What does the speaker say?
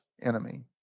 enemy